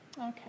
Okay